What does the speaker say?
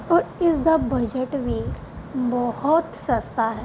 ਔਰ ਇਸ ਦਾ ਬਜਟ ਵੀ ਬਹੁਤ ਸਸਤਾ ਹੈ